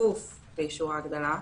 בכפוף לאישור ההגדלה,